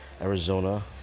Arizona